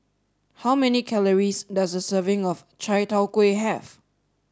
how many calories does a serving of Chai Tow Kway have